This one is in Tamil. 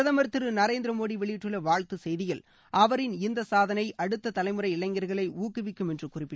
பிரதமர் திரு நரேந்திர மோடி வெளியிட்டுள்ள வாழ்த்துச் செய்தியில் அவர் இந்த சாதனை அடுத்த தலைமுறை இளைஞர்களை ஊக்குவிக்கும் என்று குறிப்பிட்டுள்ளார்